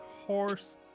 horse